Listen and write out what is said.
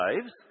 lives